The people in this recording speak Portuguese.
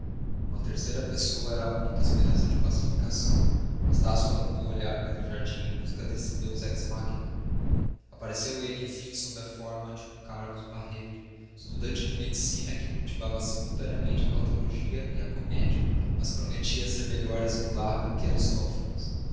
uma terceira pessoa era a única esperança de pacificação estácio alongou o olhar pelo jardim em busca desse deus ex machina apareceu ele enfim sob a forma de um carlos barreto estudante de medicina que cultivava simultaneamente a patologia e a comédia mas prometia ser melhor esculápio que